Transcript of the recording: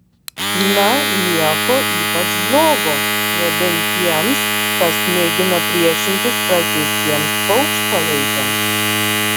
na nieko ypač blogo nebent tiems kas mėgino priešintis prakeiktiems paukštpalaikiams